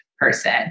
Person